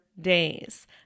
days